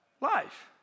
Life